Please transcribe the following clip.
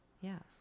Yes